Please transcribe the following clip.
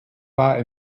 war